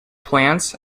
plants